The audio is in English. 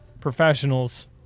professionals